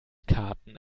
karten